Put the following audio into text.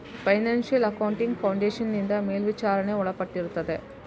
financial accounting foundation ನಿಂದ ಮೇಲ್ವಿಚಾರಣೆಗೆ ಒಳಪಟ್ಟಿರುತ್ತದೆ